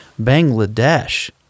Bangladesh